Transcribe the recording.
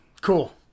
Cool